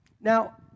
Now